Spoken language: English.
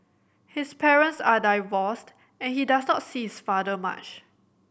his parents are divorced and he does not see his father much